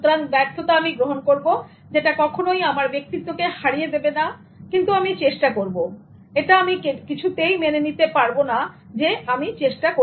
সুতরাং ব্যর্থতা আমি গ্রহণ করবো যেটা কখনোই আমার ব্যক্তিত্ব কে হারিয়ে দেবে না কিন্তু আমি চেষ্টা করব না এটা আমি কিছুতেই মেনে নিতে পারবোনা